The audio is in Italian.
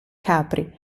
capri